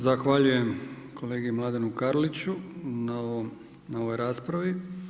Zahvaljujem kolegi Mladenu Krliću na ovoj raspravi.